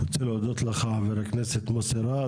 אני רוצה להודות לך חבר הכנסת מוסי רז.